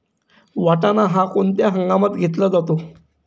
वाटाणा हा कोणत्या हंगामात घेतला जातो?